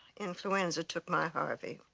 influenza took my harvey.